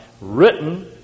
written